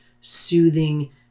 soothing